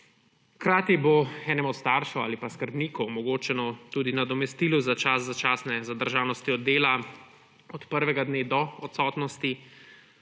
Hkrati bo enemu od staršev ali skrbnikov omogočeno tudi nadomestilo za čas začasne zadržanosti od dela od prvega dne odsotnosti